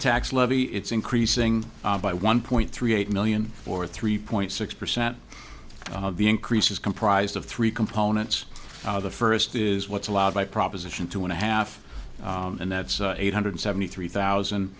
tax levy it's increasing by one point three eight million or three point six percent the increase is comprised of three components the first is what's allowed by proposition two and a half and that's eight hundred seventy three thousand